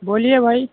بولیے بھائی